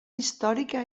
històrica